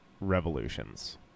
revolutions